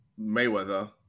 Mayweather